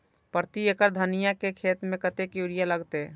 प्रति एकड़ धनिया के खेत में कतेक यूरिया लगते?